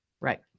right